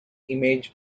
image